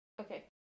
Okay